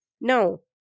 No